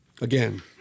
Again